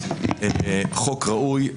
חוק ראוי,